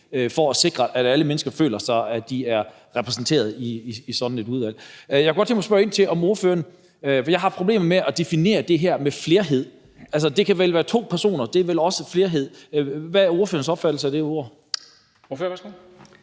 for at sikre, at alle mennesker føler, at de er repræsenteret i sådan et udvalg. Jeg kunne godt tænke mig at spørge ind til det med flerhed, for det har jeg et problem med at definere. Altså, det kan vel være to personer – det er vel også flerhed. Hvad er ordførerens opfattelse af det ord? Kl. 20:38 Formanden